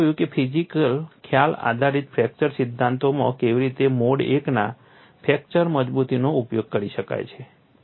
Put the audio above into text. આપણે જોયું કે ફિઝિકલ ખ્યાલ આધારિત ફ્રેક્ચર સિદ્ધાંતોમાં કેવી રીતે મોડ I ના ફ્રેક્ચર મજબૂતીનો ઉપયોગ કરી શકાય છે